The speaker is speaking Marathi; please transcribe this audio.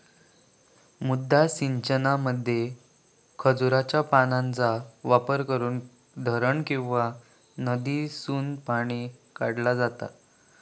मुद्दा सिंचनामध्ये खजुराच्या पानांचो वापर करून धरण किंवा नदीसून पाणी काढला जाता